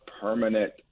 permanent